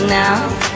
now